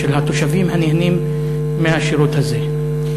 ושל התושבים הנהנים מהשירות הזה.